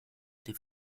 des